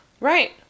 Right